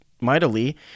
mightily